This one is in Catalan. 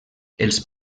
els